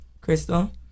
Crystal